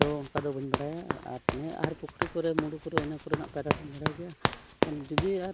ᱫᱚ ᱚᱱᱠᱟᱫᱚ ᱵᱟᱹᱧ ᱵᱟᱰᱟᱭᱟ ᱟᱨ ᱱᱤᱭᱟᱹ ᱟᱦᱟᱨ ᱯᱩᱠᱷᱨᱤ ᱠᱚᱨᱮ ᱢᱩᱰᱩ ᱠᱚᱨᱮ ᱤᱱᱟᱹ ᱠᱚᱨᱮᱱᱟᱜ ᱯᱟᱭᱨᱟ ᱫᱩᱧ ᱵᱟᱲᱟᱭ ᱜᱮᱭᱟ ᱟᱨ ᱡᱩᱫᱤ ᱟᱨ